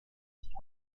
sich